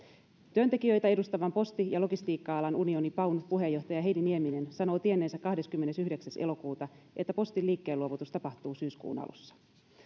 työntekijöitä edustavan posti ja logistiikka alan unioni paun puheenjohtaja heidi nieminen sanoo tienneensä kahdeskymmenesyhdeksäs elokuuta että postin liikkeen luovutus tapahtuu syyskuun alussa